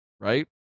right